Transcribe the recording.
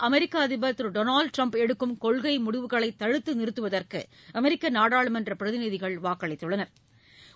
அமெரிக்க அதிபர் Donald Trump எடுக்கும் கொள்கை முடிவுகளை தடுத்து நிறுத்துவதற்கு அமெரிக்க நாடாளுமன்ற பிரதிநிதிகள் வாக்களித்துள்ளனா்